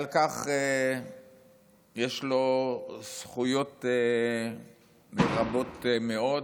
על כך יש לו זכויות רבות מאוד.